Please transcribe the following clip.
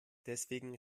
deswegen